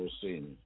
sin